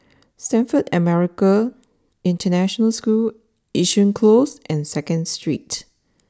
Stamford American International School Yishun close and second Street